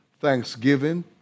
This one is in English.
Thanksgiving